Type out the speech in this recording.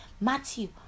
Matthew